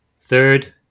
Third